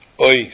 Oi